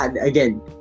again